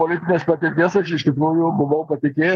politinės patirties aš iš tikrųjų buvau patikėjęs